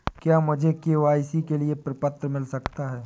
क्या मुझे के.वाई.सी के लिए प्रपत्र मिल सकता है?